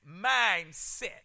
mindset